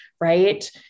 right